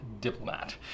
Diplomat